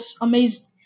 amazing